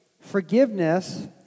Forgiveness